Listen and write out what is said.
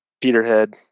Peterhead